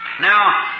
Now